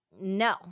No